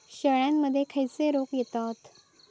शेळ्यामध्ये खैचे रोग येतत?